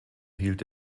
hielt